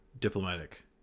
diplomatic